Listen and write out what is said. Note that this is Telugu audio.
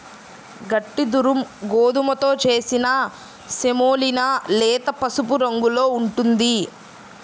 గట్టి దురుమ్ గోధుమతో చేసిన సెమోలినా లేత పసుపు రంగులో ఉంటుంది